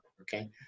okay